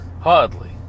Hardly